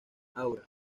aura